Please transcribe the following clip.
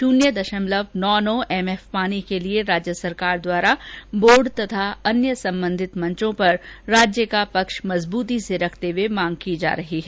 शुन्य देषमलव नौ नौ एमएफ पानी के लिए राज्य सरकार द्वारा बोर्ड तथा अन्य सम्बन्धित मंचों पर राज्य का पक्ष मजबूती से रखते हुए मांग की जा रही है